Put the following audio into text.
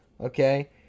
Okay